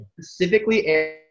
Specifically